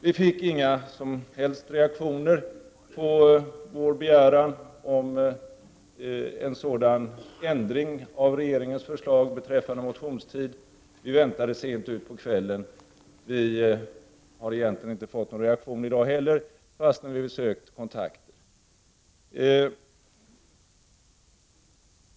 Vi fick inte några som helst reaktioner på vår begäran om en sådan ändring av regeringens förslag beträffande motionstid, trots att vi väntade till sent på kvällen. Vi har inte heller fått någon reaktion i dag, fastän vi sökt kontakt.